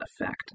effect